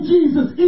Jesus